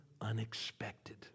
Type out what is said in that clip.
unexpected